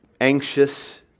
anxious